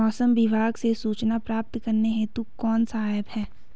मौसम विभाग से सूचना प्राप्त करने हेतु कौन सा ऐप है?